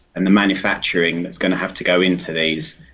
and the manufacturing that's going to have to go into these,